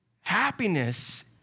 Happiness